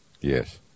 Yes